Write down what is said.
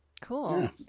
Cool